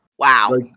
Wow